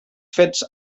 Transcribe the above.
fets